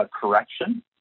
correction